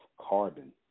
carbon